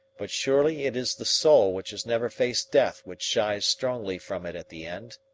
but surely it is the soul which has never faced death which shies strongly from it at the end.